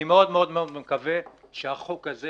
אני מאוד מקווה שהחוק הזה,